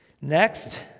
Next